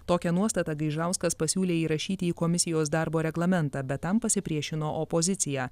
tokią nuostatą gaižauskas pasiūlė įrašyti į komisijos darbo reglamentą bet tam pasipriešino opozicija